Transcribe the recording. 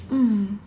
mm